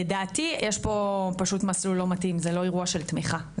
לדעתי יש פה מסלול לא מתאים זה לא אירוע של תמיכה,